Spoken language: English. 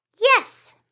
Yes